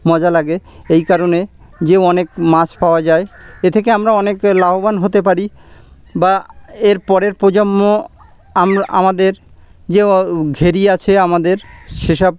মজা লাগে এই কারণে যে অনেক মাছ পাওয়া যায় এ থেকে আমরা অনেক লাভবান হতে পারি বা এর পরের প্রজন্ম আম আমাদের যে ঘেরি আছে আমাদের সেসব